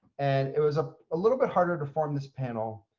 and it was a little bit harder to form this panel.